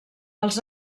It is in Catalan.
els